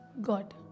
God